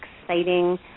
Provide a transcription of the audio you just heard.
exciting